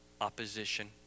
opposition